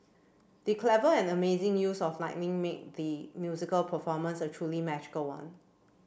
the clever and amazing use of lightning made the musical performance a truly magical one